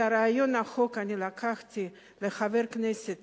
את הרעיון לחוק אני לקחתי מחבר כנסת